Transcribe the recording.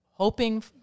hoping